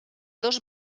dos